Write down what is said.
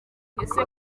ese